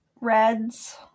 reds